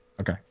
Okay